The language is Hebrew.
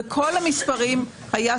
בכל המספרים היה צו,